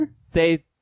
Say